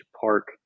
park